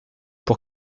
pour